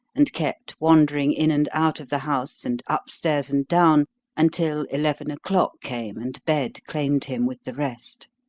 and kept wandering in and out of the house and upstairs and down until eleven o'clock came and bed claimed him with the rest.